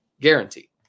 guarantee